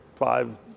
five